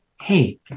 hey